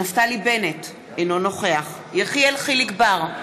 נפתלי בנט, אינו נוכח יחיאל חיליק בר,